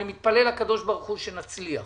אני מתפלל לקדוש ברוך הוא שנצליח